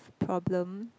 problem